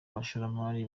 abashoramari